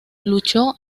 luchó